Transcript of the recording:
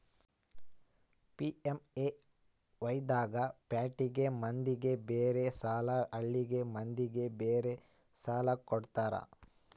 PMAY ದಾಗ ಪ್ಯಾಟಿ ಮಂದಿಗ ಬೇರೆ ಸಾಲ ಹಳ್ಳಿ ಮಂದಿಗೆ ಬೇರೆ ಸಾಲ ಕೊಡ್ತಾರ